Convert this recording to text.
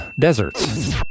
deserts